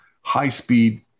high-speed